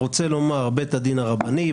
הרבני,